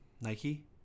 Nike